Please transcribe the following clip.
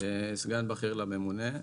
סגן בכיר לממונה.